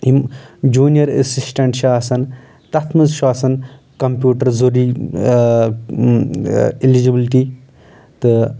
یِم junior assistant چھِ آسان تتھ منٛز چھُ آسان کمپیوٗٹر ضروٗری الیجبلٹی تہٕ